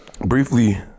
Briefly